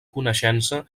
coneixença